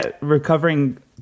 recovering